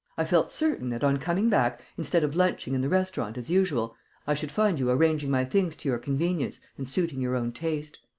i felt certain that, on coming back instead of lunching in the restaurant as usual i should find you arranging my things to your convenience and suiting your own taste.